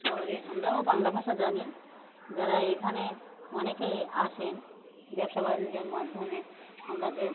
শহরে আমরাও বাংলা ভাষা জানি যারা এখানে অনেকেই আসেন ব্যবসা বাণিজ্যের মাধ্যমে আমরা যে